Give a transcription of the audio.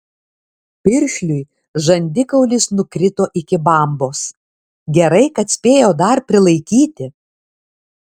piršliui žandikaulis nukrito iki bambos gerai kad spėjo dar prilaikyti